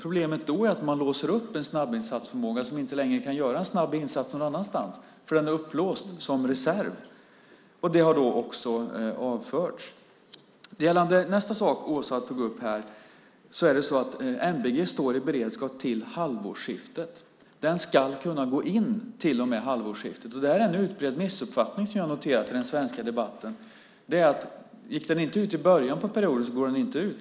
Problemet då är att man låser upp en snabbinsatsförmåga som inte längre kan göra en snabb insats någon annanstans förrän den är upplåst som reserv. Det har också avförts. Gällande nästa sak som Åsa tog upp här står NBG i beredskap till halvårsskiftet. Den ska kunna gå in till och med halvårsskiftet. Det är en utbredd missuppfattning som jag har noterat i den svenska debatten att om den inte gick ut i början på perioden så går den inte ut.